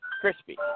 Crispy